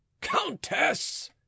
Countess